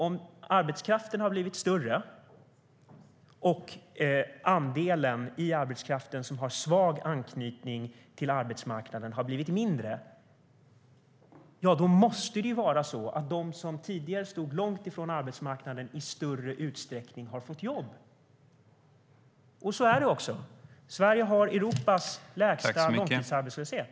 Om arbetskraften har blivit större och andelen i arbetskraften som har svag anknytning till arbetsmarknaden har blivit mindre, då måste det ju vara så att de som tidigare stod långt ifrån arbetsmarknaden i större utsträckning har fått jobb. Så är det också. Sverige har Europas lägsta långtidsarbetslöshet.